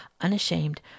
unashamed